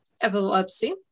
epilepsy